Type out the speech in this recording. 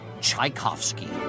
Tchaikovsky